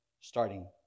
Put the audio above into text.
starting